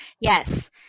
Yes